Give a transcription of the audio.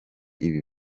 ibi